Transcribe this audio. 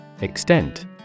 Extent